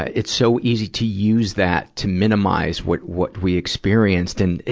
ah it's so easy to use that to minimize what, what we experienced in